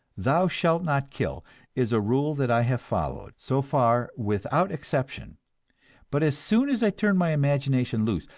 thou shalt not kill is a rule that i have followed, so far without exception but as soon as i turn my imagination loose,